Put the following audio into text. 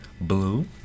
Blue